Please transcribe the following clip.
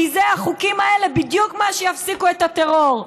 כי החוקים האלה הם בדיוק מה שיפסיק את הטרור.